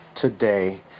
today